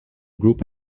group